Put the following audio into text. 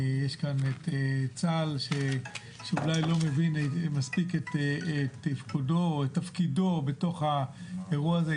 יש כאן צה"ל שאולי לא מבין מספיק את תפקודו או תפקידו בתוך האירוע הזה.